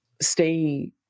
stay